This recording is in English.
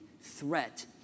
threat